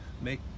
make